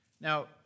Now